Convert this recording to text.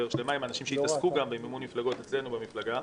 שלמה לאחר שנדבר עם אנשים שהתעסקו במימון מפלגות אצלנו במפלגה.